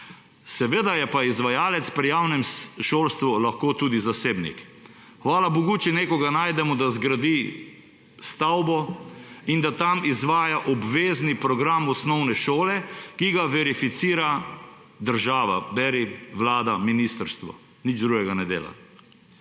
Seveda je pa izvajalec pri javnem šolstvu lahko tudi zasebnik. Hvala bogu, če nekoga najdemo, da zgradi stavbo in da tam izvaja obvezni program osnovne šole, ki ga verificira država – beri Vlada, ministrstvo –, nič drugega ne dela.